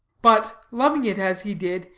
but, loving it as he did,